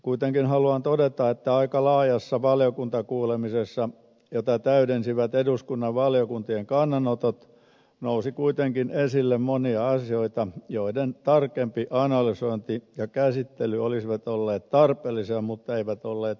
kuitenkin haluan todeta että aika laajassa valiokuntakuulemisessa jota täydensivät eduskunnan valiokuntien kannanotot nousi esille monia asioita joiden tarkempi analysointi ja käsittely olisivat olleet tarpeellisia mutta eivät olleet mahdollisia